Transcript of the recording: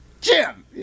Jim